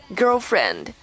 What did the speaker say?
girlfriend